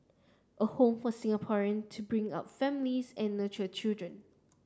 a home for Singaporean to bring up families and nurture children